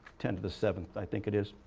ten to the seventh, i think it is.